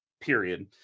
period